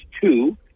two